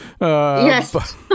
Yes